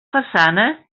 façana